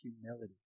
humility